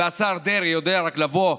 השר דרעי יודע רק לבוא,